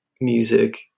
music